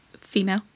female